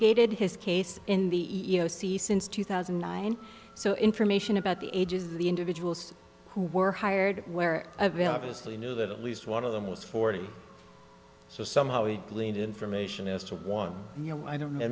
litigated his case in the e e o c since two thousand and nine so information about the ages of the individuals who were hired were available so you knew that at least one of them was forty so somehow we glean information as to one you know i don't know